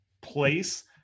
place